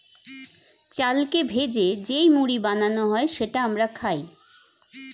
চালকে ভেজে যেই মুড়ি বানানো হয় সেটা আমরা খাই